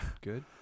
Good